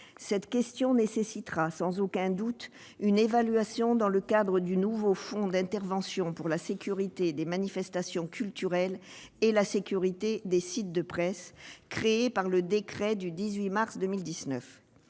Cette question nécessitera sans aucun doute une évaluation dans le cadre du nouveau fonds d'intervention pour la sécurité des manifestations culturelles et la sécurité des sites de presse, créé par le décret du 18 mars 2019.